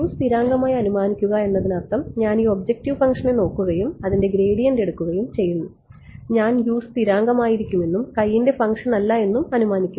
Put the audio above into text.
സ്ഥിരാങ്കമായി അനുമാനിക്കുക എന്നതിനർത്ഥം ഞാൻ ഈ ഒബ്ജക്റ്റീവ് ഫംഗ്ഷനെ നോക്കുകയും അതിന്റെ ഗ്രേഡിയന്റ് എടുക്കുകയും ചെയ്യുന്നു ഞാൻ സ്ഥിരാങ്കമായിരിക്കുമെന്നും ൻറെ ഫംഗ്ഷൻ അല്ല എന്നും അനുമാനിക്കുന്നു